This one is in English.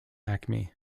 acme